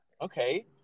Okay